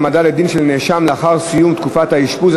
העמדה לדין של נאשם לאחר סיום תקופת האשפוז),